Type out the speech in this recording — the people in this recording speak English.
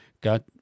got